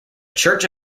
church